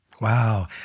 Wow